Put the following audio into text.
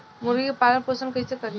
मुर्गी के पालन पोषण कैसे करी?